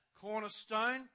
Cornerstone